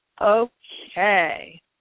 Okay